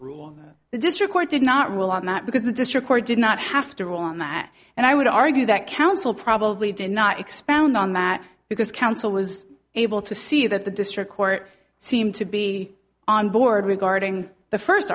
rule the district court did not rule on that because the district court did not have to rule on that and i would argue that counsel probably did not expand on that because counsel was able to see that the district court seemed to be on board regarding the first